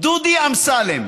דודי אמסלם,